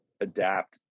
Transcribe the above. adapt